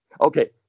okay